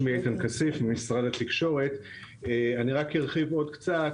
אני רק ארחיב עוד קצת.